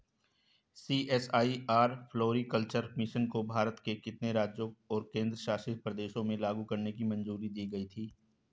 CSIR floriculture mission को भारत के कितने राज्यों और केंद्र शासित प्रदेशों में लागू करने की मंजूरी दी गई थी?